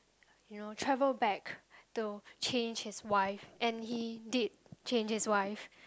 you know travel back to change his wife and he did change his wife